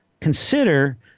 Consider